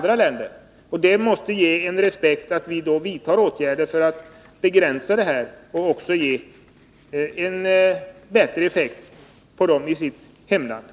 Det måste inge respekt att vi då vidtar åtgärder för att begränsa våra utsläpp och ge en effekt i andra länder.